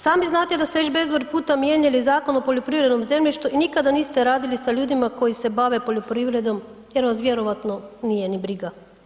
Sami znate da ste već bezbroj puta mijenjali Zakon o poljoprivrednom zemljištu i nikada niste radili s ljudima koji se bave poljoprivredom jer vas vjerojatno nije ni briga.